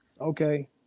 Okay